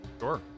Sure